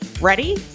Ready